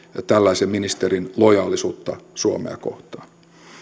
tällaisen ministerin lojaalisuutta suomea kohtaan